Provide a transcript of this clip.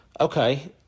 Okay